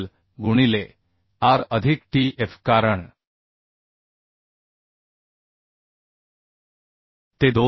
5 गुणिले r अधिक t f कारण ते 2